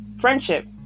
friendship